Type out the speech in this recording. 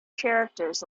characters